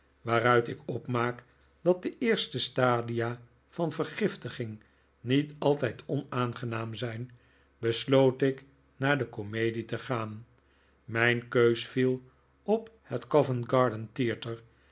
waaruit ik opmaak dat de eerste stadia van vergiftiging niet altijd onaangenaam zijn besloot ik naar de komedie te gaan mijn keus viel op het